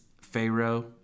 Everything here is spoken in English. Pharaoh